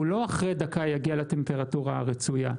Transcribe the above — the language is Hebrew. לא אחרי דקה יגיעו לטמפרטורה הרצויה.